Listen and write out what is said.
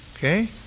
Okay